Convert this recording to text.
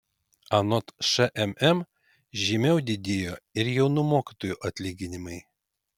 anot šmm žymiau didėjo ir jaunų mokytojų atlyginimai